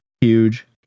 huge